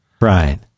Right